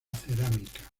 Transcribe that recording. cerámica